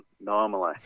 normally